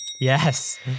Yes